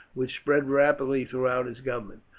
which spread rapidly throughout his government.